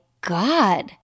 God